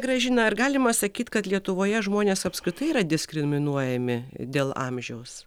gražina ar galima sakyt kad lietuvoje žmonės apskritai yra diskriminuojami dėl amžiaus